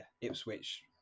Ipswich